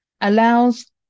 Allows